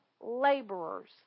laborers